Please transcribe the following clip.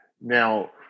Now